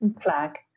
flag